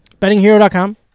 Bettinghero.com